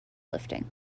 lifting